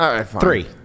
Three